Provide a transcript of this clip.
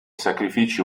sacrifici